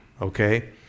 Okay